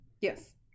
Yes